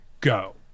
go